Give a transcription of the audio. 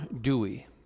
Dewey